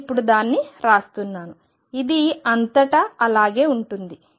నేను ఇప్పుడు దాన్ని రాస్తున్నాను ఇది అంతటా అలాగే ఉంటుంది